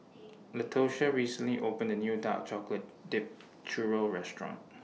Latosha recently opened A New Dark Chocolate Dipped Churro Restaurant